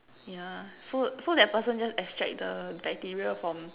yeah so so that the person just extract the bacteria from